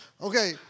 Okay